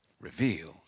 revealed